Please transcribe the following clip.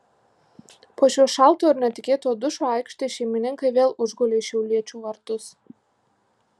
po šio šalto ir netikėto dušo aikštės šeimininkai vėl užgulė šiauliečių vartus